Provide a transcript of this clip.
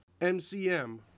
MCM